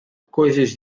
coisas